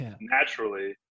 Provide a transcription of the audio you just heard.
Naturally